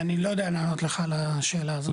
אני לא יודע לענות על השאלה הזאת.